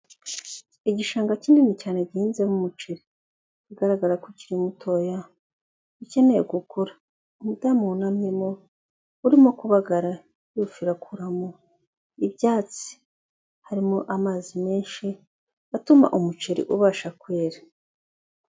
Igishanga kinini cyane gihinzemo umuceri, aho ugaragara ko ukiri mutoya ukeneye gukura, umudamu wunamye mo, urimo kubagara, yufira, akuramo ibyatsi, harimo amazi menshi, atuma umuceri ubasha kwera.